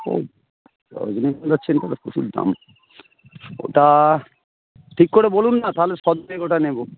ও রজনীগন্ধার চেইনটা না প্রচুর দাম ওটা ঠিক করে বলুন না তাহলে শ দুয়েক ওটা নেব